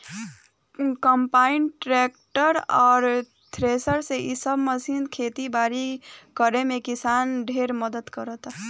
combine, tractor आ thresher इ सब मशीन खेती बारी करे में किसान ढेरे मदद कराता